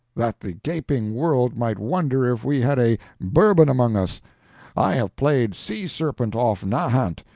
that the gaping world might wonder if we had a bourbon among us i have played sea-serpent off nahant,